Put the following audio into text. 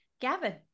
Gavin